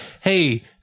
hey